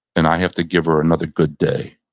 and i have to give her another good day.